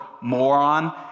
moron